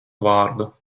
vārdu